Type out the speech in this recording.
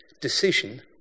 decision